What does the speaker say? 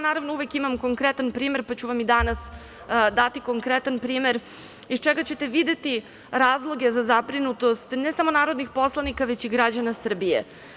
Naravno, ja uvek imam konkretan primer, pa ću vam i danas dati konkretan primer iz čega ćete videti razloge za zabrinutost ne samo narodnih poslanika, već i građana Srbije.